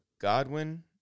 Godwin-